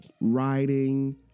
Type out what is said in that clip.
writing